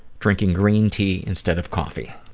drinking green tea instead of coffee.